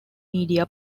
media